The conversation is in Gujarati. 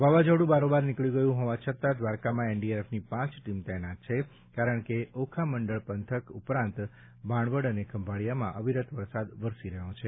વાવાઝોડું બારોબાર નીકળી ગયું હોવા છતાં દ્વારકામાં એનડીઆરએફની પાંચ ટીમ તૈનાત છે કારણ કે ઓખા મંડળ પંથક ઉપરાંત ભાણવડ અને ખંભાળીયામાં અવિરત વરસાદ વરસી રહ્યો છે